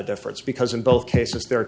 a difference because in both cases they're a